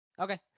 okay